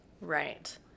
Right